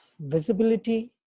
visibility